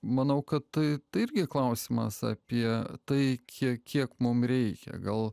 manau kad tai irgi klausimas apie tai kiek kiek mum reikia gal